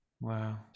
Wow